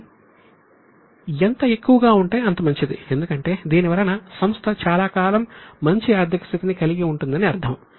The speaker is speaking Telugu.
ఇది ఎంత ఎక్కువగా ఉంటే అంత మంచిది ఎందుకంటే దీనివలన సంస్థ చాలాకాలం మంచి ఆర్థిక స్థితిని కలిగి ఉంటుందని అర్థం